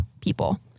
people